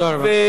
תודה רבה.